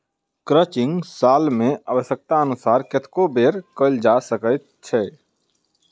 crutching साल मे आव्श्यकतानुसार कतेको बेर कयल जा सकैत छै